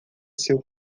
seu